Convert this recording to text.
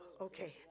okay